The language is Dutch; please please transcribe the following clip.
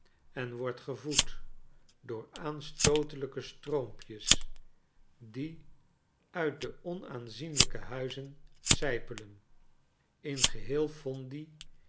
en wordt gevoed door aanstootelijke stroompjes die uit de onaanzienlijke huizen sijpelen in geheel fondi